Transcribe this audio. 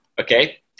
okay